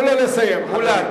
תנו לו לסיים, מולה.